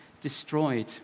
destroyed